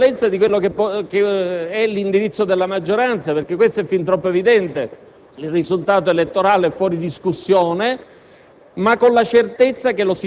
evidentemente con una prevalenza dell'indirizzo della maggioranza, perché questo è fin troppo evidente, il risultato elettorale è fuori discussione,